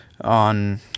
on